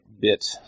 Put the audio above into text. bit